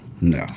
no